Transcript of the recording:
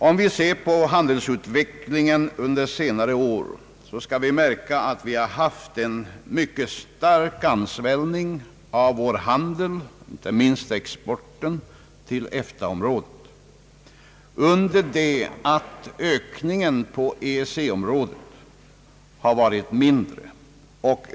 Om vi ser på handelsutvecklingen under senare år skall vi märka att vi haft en mycket stark ansvällning av vår handel med EFTA området, inte minst exporten, under det att ökningen när det gäller EEC-området har varit mindre.